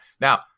Now